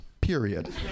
period